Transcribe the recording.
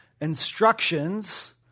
instructions